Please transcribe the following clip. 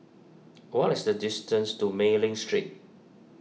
what is the distance to Mei Ling Street